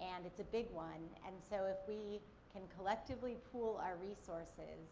and it's a big one and so if we can collectively pool our resources,